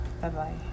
bye-bye